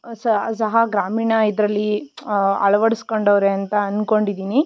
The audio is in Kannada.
ಸ ಸಹ ಗ್ರಾಮೀಣ ಇದರಲ್ಲಿ ಅಳವಡಿಸಿಕೊಂಡವ್ರೆ ಅಂತ ಅನ್ಕೊಂಡಿದೀನಿ